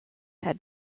had